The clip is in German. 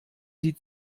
sie